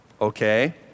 Okay